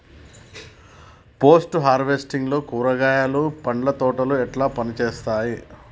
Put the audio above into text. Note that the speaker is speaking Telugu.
పోస్ట్ హార్వెస్టింగ్ లో కూరగాయలు పండ్ల తోటలు ఎట్లా పనిచేత్తనయ్?